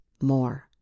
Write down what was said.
more